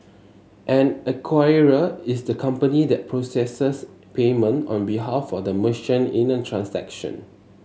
an acquirer is the company that processes payment on behalf of the merchant in a transaction